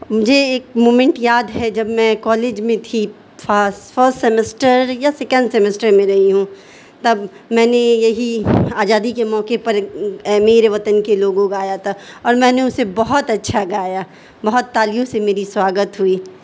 مجھے ایک موومینٹ یاد ہے جب میں کالج میں تھی فاس فسٹ سیمسٹر یا سیکینڈ سیمسٹر میں رہی ہوں تب میں نے یہی آزادی کے موقعے پر اے میرے وطن کے لوگو گایا تھا اور میں نے اسے بہت اچھا گایا بہت تالیوں سے میری سواگت ہوئی